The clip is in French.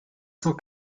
cent